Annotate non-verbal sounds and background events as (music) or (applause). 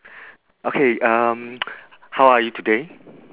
okay um (noise) how are you today